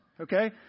Okay